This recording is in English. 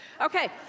Okay